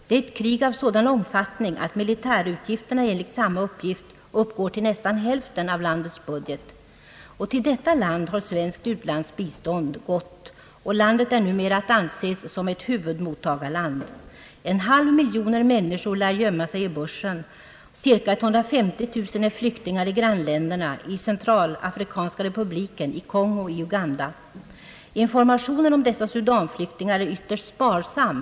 Det är ett krig av sådan omfattning att militärutgifterna enligt samma uppgift uppgår till nästan hälften av landets budget. Till detta land har svenskt u-landsbistånd gått, och landet är numera att anse som huvudmottagarland. En halv miljon människor lär gömma sig i bushen, och cirka 150 000 är flyktingar i grannländerna — i Centralafrikanska republiken, i Kongo och i Uganda. Informationen om dessa Sudanflyktingar är ytterst sparsam.